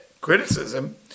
criticism